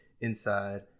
inside